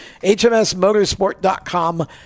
HMSmotorsport.com